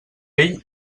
ell